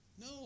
No